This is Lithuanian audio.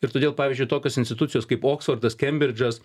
ir todėl pavyzdžiui tokios institucijos kaip oksfordas kembridžas